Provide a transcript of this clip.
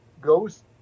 goes